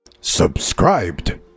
Subscribed